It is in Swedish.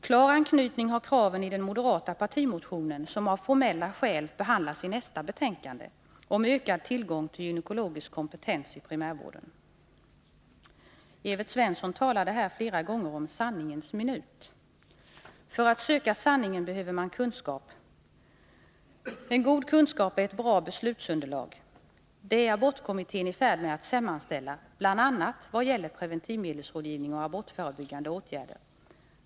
Klar anknytning har kraven i den moderata partimotionen, som av formella skäl behandlas i nästa betänkande om ökad tillgång till gynekologisk kompetens i primärvården. Evert Svensson talade här fler gånger om sanningens minut. För att söka sanningen behöver man kunskap. En god kunskap är ett bra beslutsunderlag. Det är abortkommittén i färd med att sammanställa, bl.a. vad gäller preventivmedelsrådgivning och abortförebyggande åtgärder.